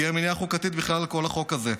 תהיה מניעה חוקתית בכלל על כל החוק הזה.